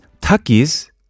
Taki's